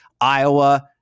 Iowa